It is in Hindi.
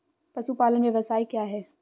पशुपालन व्यवसाय क्या है?